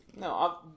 no